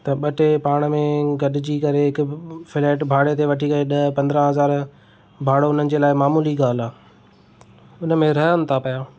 त ॿ टे पाण में गॾिजी करे हिकु फ्लैट भाड़े ते वठी करे ॾह पंद्रहं हज़ार भाड़ो हुननि जे लाइ मामूली ॻाल्हि आहे हुन में रहनि था पिया